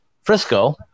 Frisco